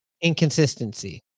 inconsistency